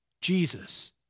Jesus